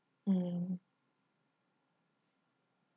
mm